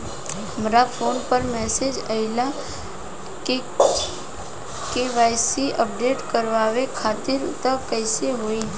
हमरा फोन पर मैसेज आइलह के.वाइ.सी अपडेट करवावे खातिर त कइसे होई?